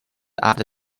after